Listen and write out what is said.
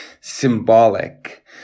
symbolic